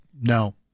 No